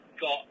got